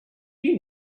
you